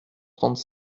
trente